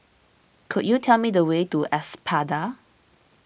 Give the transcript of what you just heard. could you tell me the way to Espada